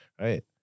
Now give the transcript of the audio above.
right